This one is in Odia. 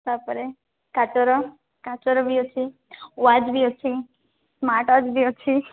ତାପରେ କାଚର କାଚର ବି ଅଛି ୱାଚ୍ ବି ଅଛି ସ୍ମାର୍ଟ ୱାଚ୍ ବି ଅଛି